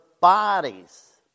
bodies